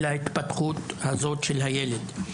להתפתחות הזאת של הילד.